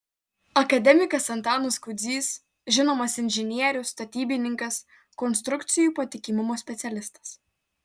akademikas antanas kudzys žinomas inžinierius statybininkas konstrukcijų patikimumo specialistas